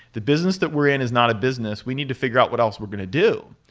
the business that we're in is not a business. we need to figure out what else we're going to do.